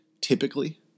typically